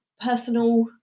personal